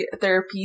therapy